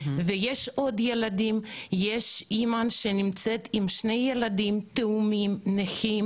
יש עוד ילדים, יש אימא שנמצאת עם תאומים נכים